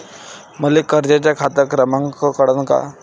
मले कर्जाचा खात क्रमांक कळन का?